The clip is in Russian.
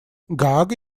гаага